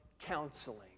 counseling